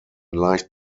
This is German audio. leicht